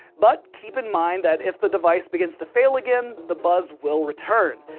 but keep in mind that if the device begins to fail again, the buzz will return.